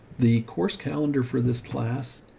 the course calendar for this class.